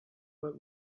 but